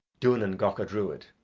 duanan gacha druid,